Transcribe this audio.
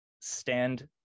stand